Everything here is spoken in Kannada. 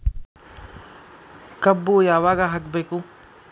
ಕಬ್ಬು ಯಾವಾಗ ಹಾಕಬೇಕು?